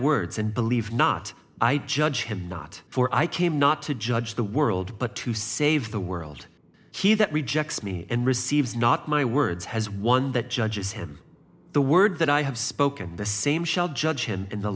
words and believe not i judge him not for i came not to judge the world but to save the world he that rejects me and receives not my words has one that judges him the word that i have spoken the same shall judge him in the